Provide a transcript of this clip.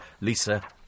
Lisa